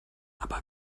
aber